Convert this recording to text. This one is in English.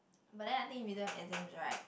but then I think if we don't have exams right